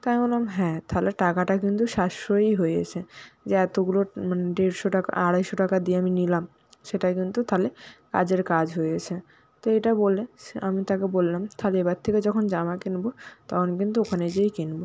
তাই আমি বললাম হ্যাঁ তাহলে টাকাটা কিন্তু সাশ্রয়ই হয়েছে যে এতোগুলো মানে ডেড়শো টাকা আড়াইশো টাকা দিয়ে আমি নিলাম সেটা কিন্তু তাহলে কাজের কাজ হয়েছে তো এটা বলে সে আমি তাকে বললাম তাহলে এবার থেকে যখন জামা কিনবো তখন কিন্তু ওখানে গিয়েই কিনবো